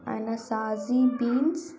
Anasazi بینس